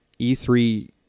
E3